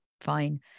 fine